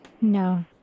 No